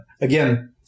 again